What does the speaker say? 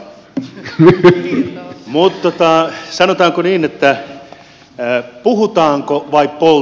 mutta sanotaanko niin että puhutaanko vai poltetaanko